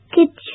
Kitchen